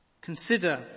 Consider